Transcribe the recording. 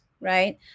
Right